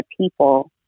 people